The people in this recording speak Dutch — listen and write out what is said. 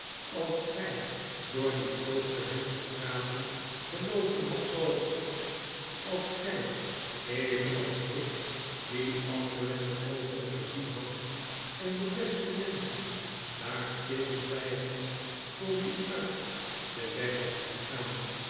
als gy door die kloosterhamsche straten geloopen hadt zooals ik als gij evenals ik die afgewende oogen gezien hadt en de beste menschen daar stilzwygend voor u uit den weg hadt zien gaan